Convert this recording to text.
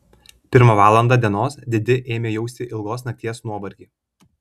pirmą valandą dienos didi ėmė jausti ilgos nakties nuovargį